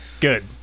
Good